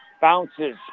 Bounces